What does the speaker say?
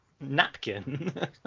Napkin